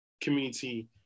community